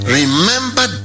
remember